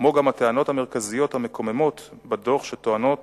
כמו גם הטענות המרכזיות המקוממות בדוח, שטוענות